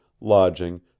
lodging